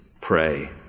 Pray